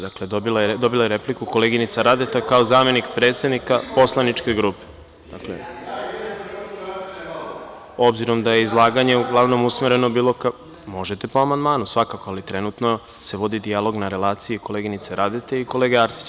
Dakle, dobila je repliku koleginica Radeta, kao zamenica predsednika poslaničke grupe, obzirom da je izlaganje bilo usmereno… (Aleksandar Šešelj dobacuje.) Možete po amandmanu, svakako, ali trenutno se vodi dijalog na relaciji koleginice Radete i kolege Arsića.